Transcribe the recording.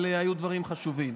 אבל היו דברים חשובים.